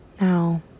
Now